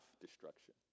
destruction